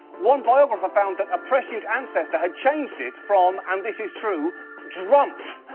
one biographer found that a prescient ancestor had changed it from and this is true drumpf.